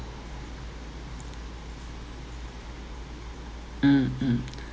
mm mm